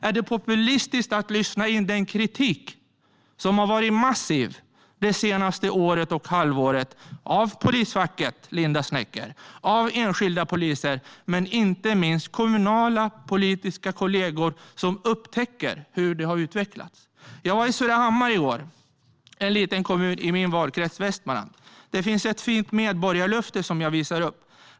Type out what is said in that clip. Är det populistiskt att lyssna in den kritik som har varit massiv det senaste året och halvåret från polisfacket, Linda Snecker, enskilda poliser och inte minst kommunala politiska kollegor som upptäcker hur det har utvecklats? Jag var i Surahammar i går. Det är en liten kommun i min valkrets Västmanland. Det finns ett fint medborgarlöfte som jag visade upp.